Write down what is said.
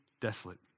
desolate